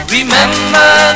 Remember